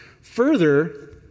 Further